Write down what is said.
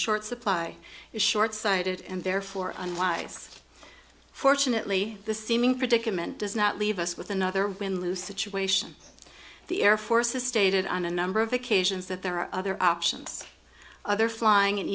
short supply is short sighted and therefore unwise fortunately the seeming predicament does not leave us with another win lose situation the air force has stated on a number of occasions that there are other options other flying and